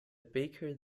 baker